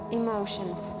emotions